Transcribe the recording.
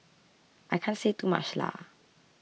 I can't say too much Lah